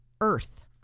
earth